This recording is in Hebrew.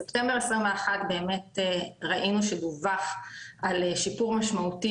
בספטמבר 2021 באמת ראינו שדווח על שיפור משמעותי